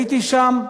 הייתי שם,